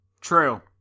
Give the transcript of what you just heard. True